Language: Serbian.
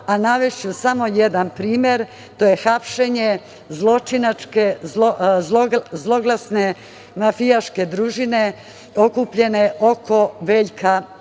a navešću samo jedan primer. To je hapšenje zloglasne mafijaške družine okupljene oko Veljka